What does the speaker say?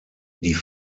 die